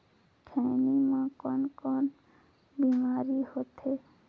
खैनी म कौन कौन बीमारी होथे?